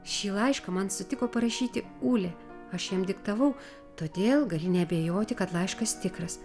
šį laišką man sutiko parašyti ulė aš jam diktavau todėl gali neabejoti kad laiškas tikras